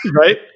right